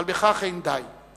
אבל בכך אין די.